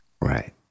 Right